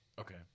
Okay